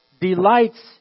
delights